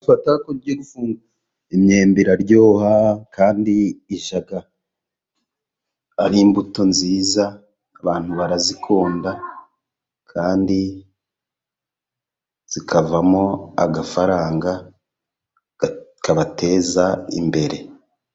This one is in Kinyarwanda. Imyembe iraryoha kandi ishya ari imbuto nziza, abantu barayikunda, kandi ikavamo agafaranga kabateza imbere.